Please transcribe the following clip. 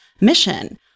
mission